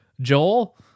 Joel